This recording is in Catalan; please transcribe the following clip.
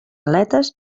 aletes